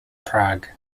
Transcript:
prague